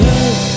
Love